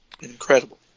Incredible